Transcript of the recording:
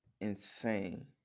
insane